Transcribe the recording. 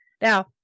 Now